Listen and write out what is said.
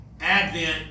Advent